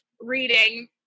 reading